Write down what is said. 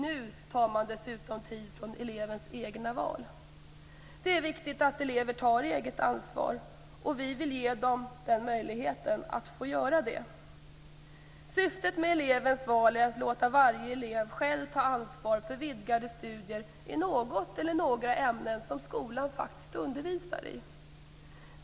Nu tar man dessutom tid från elevens egna val. Det är viktigt att elever tar eget ansvar. Vi vill ge dem möjlighet att få göra det. Syftet med elevens val är att låta varje elev själv ta ansvar för vidgade studier i något eller några ämnen som skolan faktiskt undervisar i.